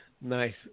Nice